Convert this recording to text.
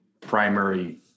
primary